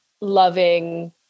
loving